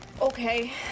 Okay